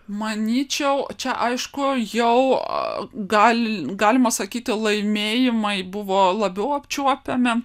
manyčiau čia aišku jau gal galima sakyti laimėjimai buvo labiau apčiuopiami